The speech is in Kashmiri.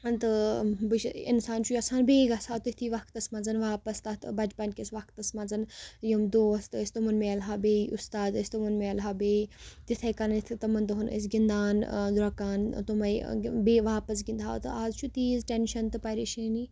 تہٕ بہٕ اِنسان چھُ یَژھان بیٚیہِ گژھٕ ہاو تِتھی وقتَس منٛزَ واپَس تَتھ بَچپَنکِس وقتَس منٛز یِم دوست ٲسۍ تٕمَن مِل ہا بیٚیہِ اُستاد ٲسۍ تِمَن مِل ہا بیٚیہِ تِتھَے کَنٮ۪تھ یِتھ تِمَن دۄہَن ٲسۍ گِنٛدان درٛوٚکان تٕمَے بیٚیہِ واپَس گِنٛدٕہَو تہٕ اَز چھُ تیٖژ ٹینشَن تہٕ پریشٲنی